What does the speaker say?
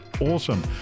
awesome